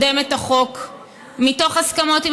אני מתכבד להזמין את סגן שר החינוך מאיר פרוש לעלות לדוכן על